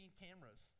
cameras